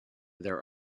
their